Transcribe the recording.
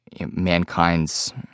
mankind's